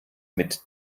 mit